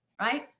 right